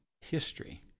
history